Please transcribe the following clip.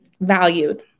valued